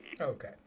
okay